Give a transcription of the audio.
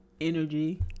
Energy